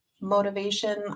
motivation